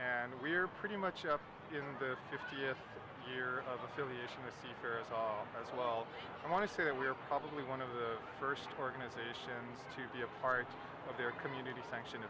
and we're pretty much up in the fiftieth year of affiliation with the parasol as well i want to say that we are probably one of the first organizations to be a part of their community sanction